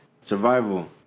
Survival